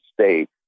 State